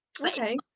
okay